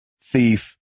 thief